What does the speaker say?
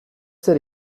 zer